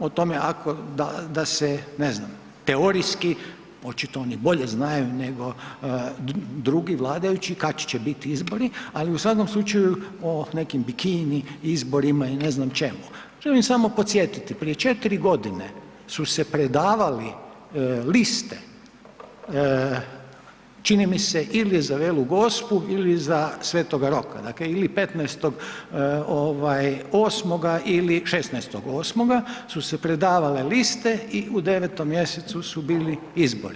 o tome ako, da se, ne znam, teorijski, očito oni bolje znaju nego drugi, vladajući, kad će biti izbori, ali u svakom slučaju, o nekim bikini izborima i ne znam čemu, želim samo podsjetiti, prije 4 godine su se predavali liste, čini mi se ili za Veli Gospu ili za sv. Roka, dakle ili 15.8. ili 16.8. su se predavale liste i u 9. mj. su bili izbori.